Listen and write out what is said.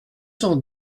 cent